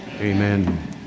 Amen